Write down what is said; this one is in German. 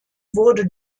wurde